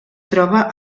troba